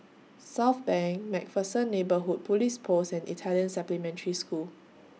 Southbank MacPherson Neighbourhood Police Post and Italian Supplementary School